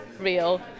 Real